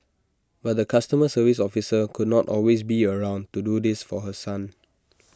but the customer service officer could not always be around to do this for her son